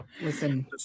Listen